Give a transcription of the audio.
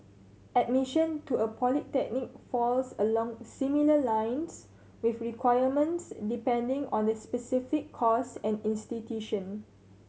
admission to a polytechnic falls along similar lines with requirements depending on the specific course and institution